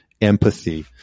empathy